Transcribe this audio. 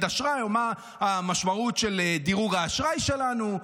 אשראי או מה המשמעות של דירוג האשראי שלנו.